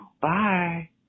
bye